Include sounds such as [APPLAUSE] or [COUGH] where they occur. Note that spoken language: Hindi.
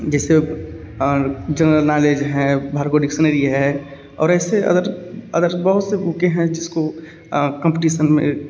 जैसे जनरल नॉलेज है भार्गव डिक्शनरी है और ऐसे [UNINTELLIGIBLE] बहुत सी बुके हैं जिसको कम्पटिशन में